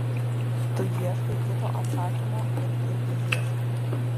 tu ieškai kito atsakymo bet irgi ieškai